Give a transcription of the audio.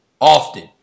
often